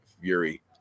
fury